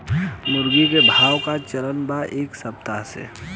मुर्गा के भाव का चलत बा एक सप्ताह से?